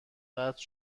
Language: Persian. قطع